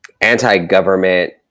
anti-government